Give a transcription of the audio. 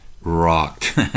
rocked